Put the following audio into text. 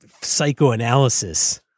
psychoanalysis